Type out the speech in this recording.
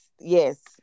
yes